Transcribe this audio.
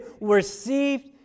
received